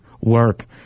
work